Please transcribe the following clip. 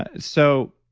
ah so,